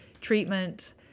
treatment